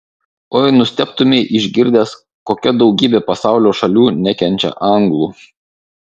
oi nustebtumei išgirdęs kokia daugybė pasaulio šalių nekenčia anglų